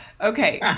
Okay